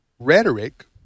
Rhetoric